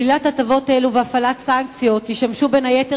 שלילת הטבות אלו והפעלת סנקציות ישמשו בין היתר